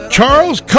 Charles